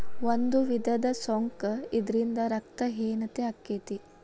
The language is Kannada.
ಒಂದು ವಿಧದ ಸೊಂಕ ಇದರಿಂದ ರಕ್ತ ಹೇನತೆ ಅಕ್ಕತಿ